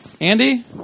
Andy